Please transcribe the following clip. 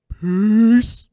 Peace